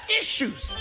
issues